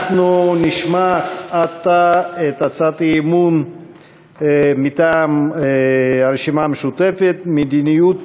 אנחנו נשמע עתה את הצעת האי-אמון מטעם הרשימה המשותפת: מדיניות